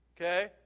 Okay